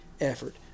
effort